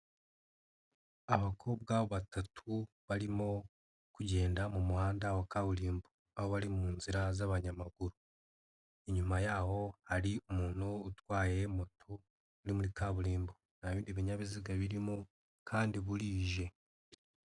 Abakobwa batatu barimo kugenda mu muhanda wa kaburimbo aho bari mu nzira z'abanyamaguru, inyuma y'aho hari umuntu utwaye moto uri muri kaburimbo, nta bindi binyabiziga birimo kandi burije.